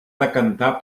decantar